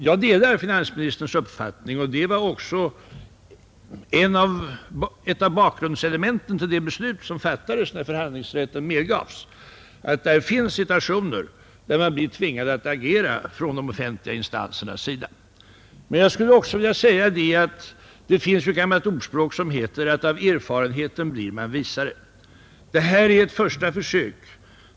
Jag delar finansministerns uppfattning, och det var ett av bakgrundselementen när förhandlingsrätten medgavs att det finns situationer där man blir tvingad att agera från de offentliga instansernas sida. Men det finns ett gammalt ordspråk som säger att av erfarenheten blir man visare. Detta är första försöket.